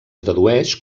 tradueix